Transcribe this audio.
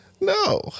No